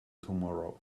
tomorrow